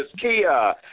Kia